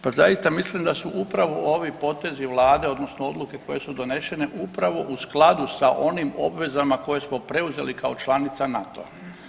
Pa zaista mislim da su upravo ovi potezi vlade odnosno odluke koje su donešene upravo u skladu sa onim obvezama koje smo preuzeli kao članica NATO-a.